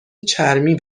چرمی